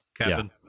Kevin